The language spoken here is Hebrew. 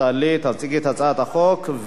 שתעלי ותציגי את הצעת החוק.